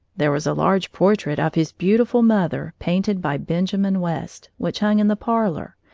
there was a large portrait of his beautiful mother, painted by benjamin west, which hung in the parlor,